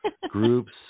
groups